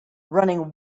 running